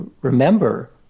remember